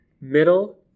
middle